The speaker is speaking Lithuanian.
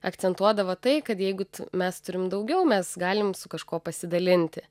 akcentuodavo tai kad jeigu mes turim daugiau mes galim su kažkuo pasidalinti